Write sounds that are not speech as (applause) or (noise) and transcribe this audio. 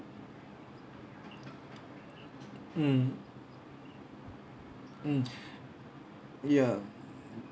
mm mm (breath) ya